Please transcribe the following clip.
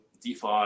DeFi